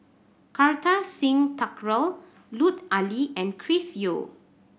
Kartar Singh Thakral Lut Ali and Chris Yeo